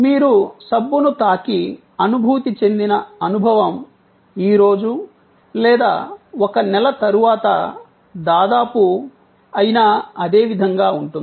మీరు సబ్బును తాకి అనుభూతి చెందిన అనుభవం ఈ రోజు లేదా ఒక నెల తరువాత దాదాపు అయినా అదే విధంగా ఉంటుంది